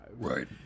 right